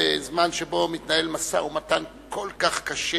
בזמן שבו מתנהל משא-ומתן כל כך קשה